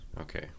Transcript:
Okay